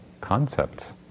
concepts